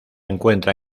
encuentra